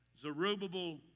Zerubbabel